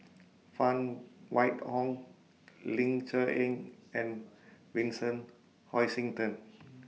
Phan Wait Hong Ling Cher Eng and Vincent Hoisington